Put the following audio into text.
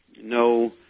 no